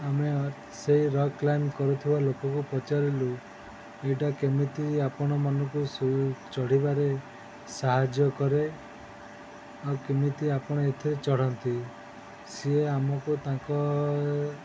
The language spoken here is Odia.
ଆମେ ସେଇ ରକ୍ କ୍ଲାଇମ୍ବ କରୁଥିବା ଲୋକକୁ ପଚାରିଲୁ ଏଇଟା କେମିତି ଆପଣମାନଙ୍କୁ ଚଢ଼ିବାରେ ସାହାଯ୍ୟ କରେ ଆଉ କେମିତି ଆପଣ ଏଥିରେ ଚଢ଼ନ୍ତି ସିଏ ଆମକୁ ତାଙ୍କ